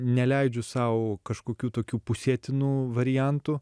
neleidžiu sau kažkokių tokių pusėtinų variantų